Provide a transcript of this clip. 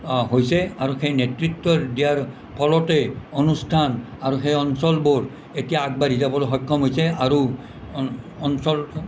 হৈছে আৰু সেই নেতৃত্ব দিয়াৰ ফলতে অনুষ্ঠান আৰু সেই অঞ্চলবোৰ এতিয়া আগবাঢ়ি যাবলৈ সক্ষম হৈছে আৰু অঞ্চল